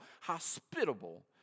hospitable